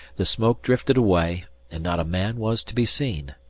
the smoke drifted away and not a man was to be seen.